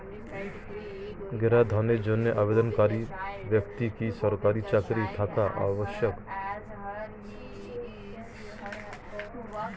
গৃহ ঋণের জন্য আবেদনকারী ব্যক্তি কি সরকারি চাকরি থাকা আবশ্যক?